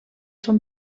són